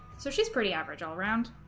so she's pretty average all around